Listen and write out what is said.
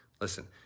Listen